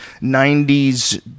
90s